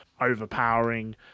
overpowering